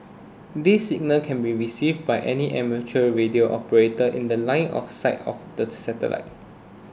this signal can be received by any amateur radio operator in The Line of sight of the satellite